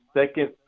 second